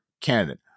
candidate